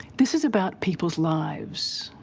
this is about people's lives.